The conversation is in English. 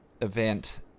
event